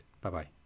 Bye-bye